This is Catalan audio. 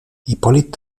hipòlit